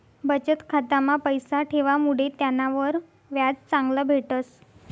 बचत खाता मा पैसा ठेवामुडे त्यानावर व्याज चांगलं भेटस